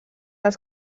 als